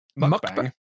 Mukbang